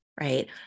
right